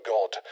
God